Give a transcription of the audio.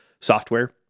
software